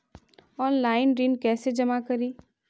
Online ऋण कैसे जमा करी?